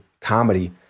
comedy